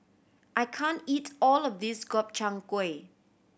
I can't eat all of this Gobchang Gui